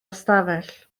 ystafell